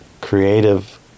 creative